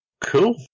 Cool